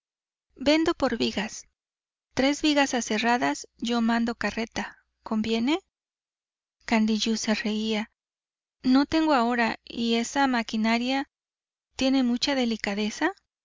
vendo por vigas tres vigas aserradas yo mando carreta conviene candiyú se reía no tengo ahora y esa maquinaria tiene mucha delicadeza